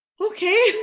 okay